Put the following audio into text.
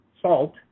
salt